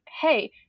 hey